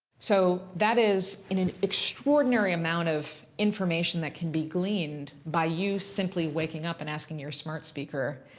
so that is an an extraordinary amount of information that can be gleaned by you simply waking up and asking your smart speaker,